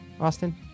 Austin